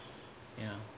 ya